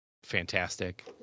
fantastic